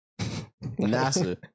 NASA